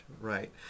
right